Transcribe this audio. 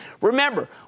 Remember